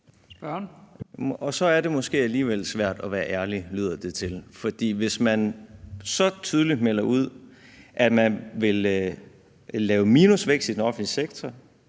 Så er det måske alligevel svært at være ærlig, lyder det til, for hvis man så tydeligt melder ud, at man vil lave minusvækst i den offentlige sektor,